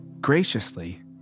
Graciously